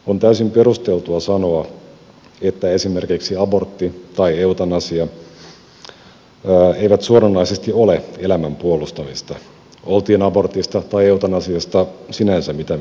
on täysin perusteltua sanoa että esimerkiksi abortti tai eutanasia ei suoranaisesti ole elämän puolustamista oltiin abortista tai eutanasiasta sinänsä mitä mieltä hyvänsä